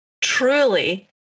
truly